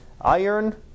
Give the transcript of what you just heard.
iron